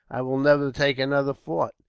i will never take another fort,